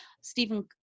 Stephen